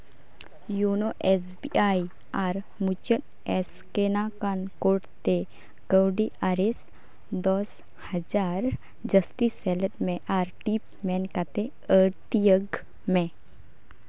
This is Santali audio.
ᱤᱭᱳᱱᱳ ᱮᱥ ᱵᱤ ᱟᱭ ᱟᱨ ᱢᱩᱪᱟᱹᱫ ᱥᱠᱮᱱ ᱟᱠᱟᱱ ᱠᱳᱰ ᱛᱮ ᱠᱟᱹᱣᱰᱤ ᱟᱨᱮᱥ ᱫᱚᱥ ᱦᱟᱡᱟᱨ ᱡᱟᱹᱥᱛᱤ ᱥᱮᱞᱮᱫ ᱢᱮ ᱟᱨ ᱴᱤᱯ ᱢᱮᱱ ᱠᱟᱛᱮᱫ ᱟᱹᱲᱛᱤᱭᱟᱜ ᱢᱮ